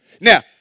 Now